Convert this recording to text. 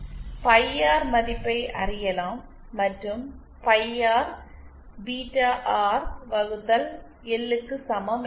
by R மதிப்பை அறியலாம் மற்றும் பை ஆர் பீட்டா ஆர் வகுத்தல் எல்க்கு சமம் என்பதால்